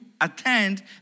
attend